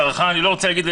סרחה אני לא רוצה להגיד,